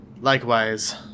likewise